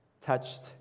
touched